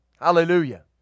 Hallelujah